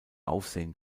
aufsehen